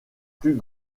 plus